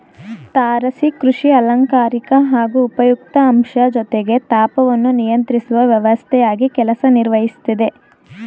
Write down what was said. ತಾರಸಿ ಕೃಷಿ ಅಲಂಕಾರಿಕ ಹಾಗೂ ಉಪಯುಕ್ತ ಅಂಶ ಜೊತೆಗೆ ತಾಪವನ್ನು ನಿಯಂತ್ರಿಸುವ ವ್ಯವಸ್ಥೆಯಾಗಿ ಕೆಲಸ ನಿರ್ವಹಿಸ್ತದೆ